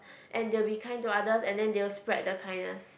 and they will be kind to others and then they will spread the kindness